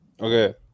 Okay